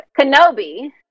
Kenobi